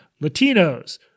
Latinos